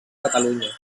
catalunya